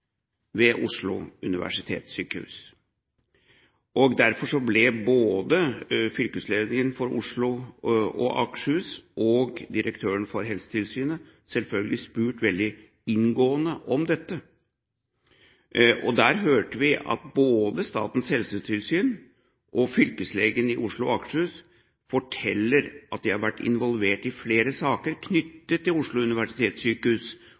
ved Oslo universitetssykehus. Derfor ble både fylkeslegen i Oslo og Akershus og direktøren for Helsetilsynet spurt veldig inngående om dette. Der hørte vi både Statens helsetilsyn og fylkeslegen i Oslo og Akershus fortelle at de har vært involvert i flere saker knyttet til Oslo universitetssykehus